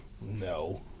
No